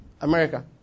America